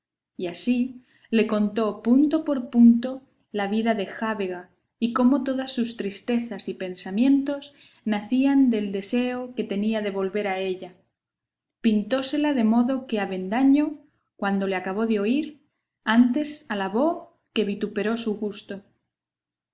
y así le contó punto por punto la vida de la jábega y cómo todas sus tristezas y pensamientos nacían del deseo que tenía de volver a ella pintósela de modo que avendaño cuando le acabó de oír antes alabó que vituperó su gusto